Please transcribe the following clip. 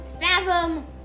fathom